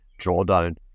drawdown